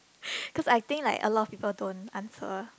because I think like a lot of people don't answer